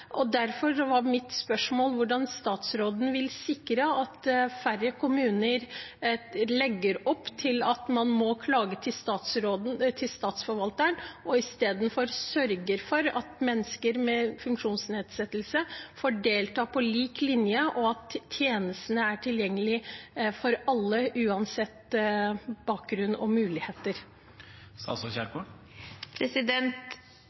Derfor er mitt spørsmål hvordan statsråden vil sikre at færre kommuner legger opp til at man må klage til statsforvalteren, og istedenfor sørger for at mennesker med funksjonsnedsettelse får delta på lik linje, og at tjenestene er tilgjengelige for alle, uansett bakgrunn og muligheter.